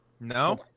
No